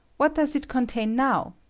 what does it contain now?